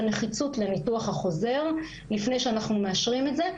הנחיצות של הניתוח החוזר לפני שאנחנו מאשרים אותו.